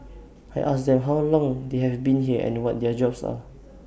I asked them how long they have been here and what their jobs are